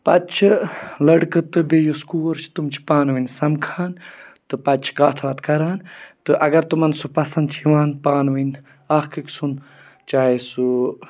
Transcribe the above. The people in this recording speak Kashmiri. پَتہٕ چھِ لٔڑکہٕ تہٕ بیٚیہِ یُس کوٗر چھِ تِم چھِ پانہٕ ؤنۍ سَمکھان تہٕ پَتہٕ چھِ کَتھ وَتھ کَران تہٕ اگر تِمَن سُہ پَسنٛد چھِ یِوان پانہٕ ؤنۍ اَکھ أکۍسُنٛد چاہے سُہ